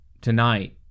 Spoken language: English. tonight